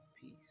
peace